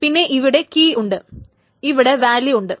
പിന്നെ ഇവിടെ കീ ഉണ്ട് ഇവിടെ വാല്യൂ ഉണ്ട്